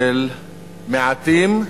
של מעטים ועשירים.